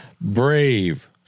Brave